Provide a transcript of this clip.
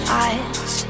eyes